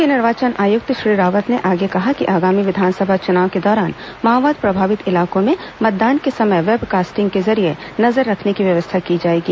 मुख्य निर्वाचन आयुक्त श्री रावत ने आगे कहा कि आगामी विधानसभा चुनाव के दौरान माओवाद प्रभावित इलाकों में मतदान के समय वेब कास्टिग के जरिए नजर रखने की व्यवस्था की जाएगी